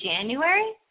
January